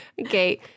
Okay